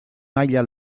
maila